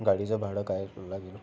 गाडीचं भाडं काय लागेल